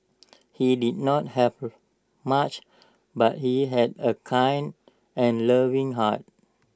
he did not have much but he had A kind and loving heart